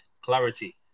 clarity